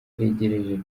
aregereje